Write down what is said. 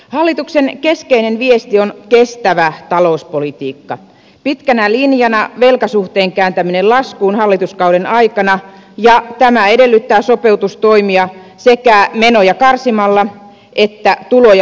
hallituksen keskeinen viesti on kestävä talouspolitiikka pitkänä linjana velkasuhteen kääntäminen laskuun hallituskauden aikana ja tämä edellyttää sopeutustoimia sekä menoja karsimalla että tuloja lisäämällä